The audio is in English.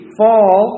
fall